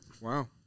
Wow